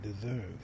deserve